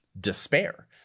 despair